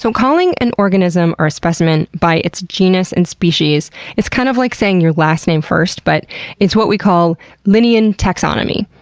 so calling an organism or a specimen by its genus and species is kind of like saying your last name first. but it's what we call linnean taxonomy,